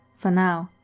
for now,